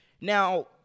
Now